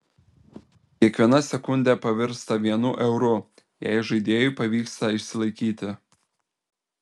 kiekviena sekundė pavirsta vienu euru jei žaidėjui pavyksta išsilaikyti